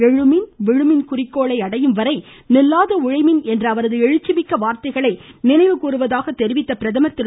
எழுமின் விழுமின் குறிக்கோளை அடையும் வரை நில்லாது உழைமின் என்ற அவரது எழுச்சிமிக்க வார்த்தைகளை நினைவுகூர்வதாக தெரிவித்த பிரதமர் திரு